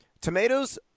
Tomatoes